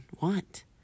want